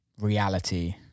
reality